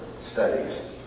studies